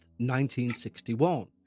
1961